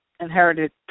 inherited